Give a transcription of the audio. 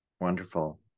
wonderful